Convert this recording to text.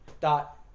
dot